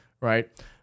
Right